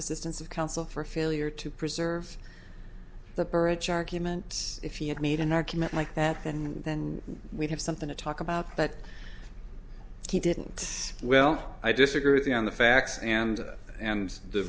assistance of counsel for failure to preserve the birch argument if he had made an argument like that and then we'd have something to talk about but he didn't well i disagree with you on the facts and and the